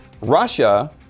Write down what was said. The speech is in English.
Russia